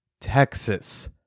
texas